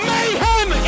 Mayhem